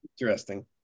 interesting